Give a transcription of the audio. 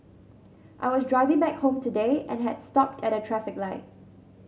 I was driving back home today and had stopped at a traffic light